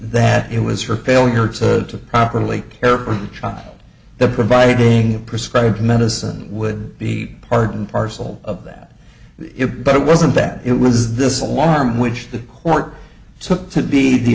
that it was her failure to properly care for the child the providing of prescribed medicine would be part and parcel of that it but it wasn't that it was this alarm which the court took to be the